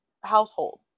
household